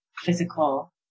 physical